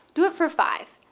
do it for five.